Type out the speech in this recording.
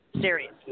Serious